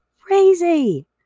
crazy